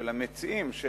של המציעים היא,